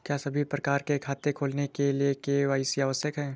क्या सभी प्रकार के खाते खोलने के लिए के.वाई.सी आवश्यक है?